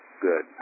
Good